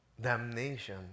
damnation